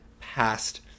past